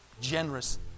generous